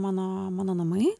mano mano namai